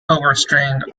overstrained